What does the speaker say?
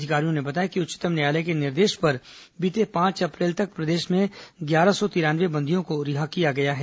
अधिकारियों ने बताया कि उच्चतम न्यायालय के निर्देश पर बीते पांच अप्रैल तक प्रदेश में ग्यारह सौ तिरानवे बंदियों को रिहा किया गया है